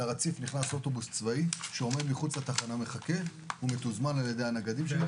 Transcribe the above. נכנס לרציף אוטובוס צבאי שמחכה מחוץ לתחנה ומתוזמן על ידי הנגדים.